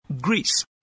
Greece